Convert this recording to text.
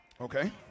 okay